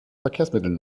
verkehrsmitteln